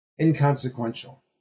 inconsequential